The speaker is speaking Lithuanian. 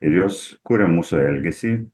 ir jos kuria mūsų elgesį